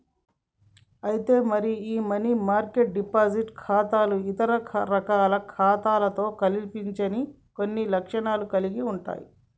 అయితే మరి ఈ మనీ మార్కెట్ డిపాజిట్ ఖాతాలు ఇతర రకాల ఖాతాలతో కనిపించని కొన్ని లక్షణాలను కలిగి ఉంటాయి